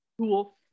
cool